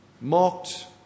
mocked